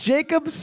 Jacob